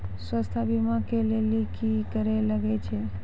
स्वास्थ्य बीमा के लेली की करे लागे छै?